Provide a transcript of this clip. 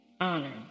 honor